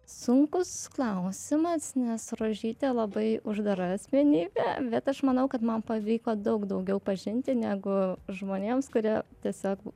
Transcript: sunkus klausimas nes rožytė labai uždara asmenybė bet aš manau kad man pavyko daug daugiau pažinti negu žmonėms kurie tiesiog